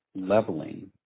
leveling